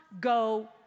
go